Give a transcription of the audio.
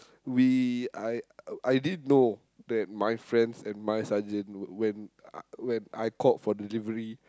we I I didn't know that my friends and my sergeant when uh when I called for delivery